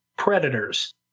predators